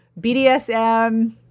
BDSM